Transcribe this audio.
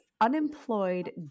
unemployed